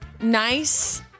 nice